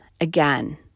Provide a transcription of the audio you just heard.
Again